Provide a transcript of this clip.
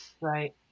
Right